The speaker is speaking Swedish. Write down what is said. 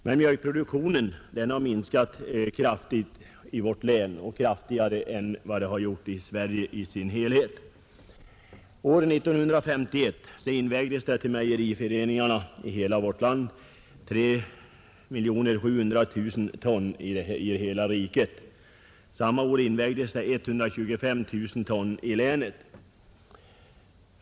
Mjölkproduktionen har minskat kraftigt i vårt län — kraftigare än i Sverige i dess helhet. År 1951 invägdes till mejeriföreningarna i hela vårt land 3 700 000 ton. Samma år invägdes 125 000 ton i länet.